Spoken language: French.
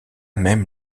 même